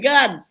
God